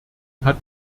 hat